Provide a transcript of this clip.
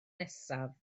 nesaf